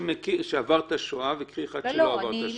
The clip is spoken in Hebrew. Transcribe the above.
במצב שבו אין אפילו את האדישות,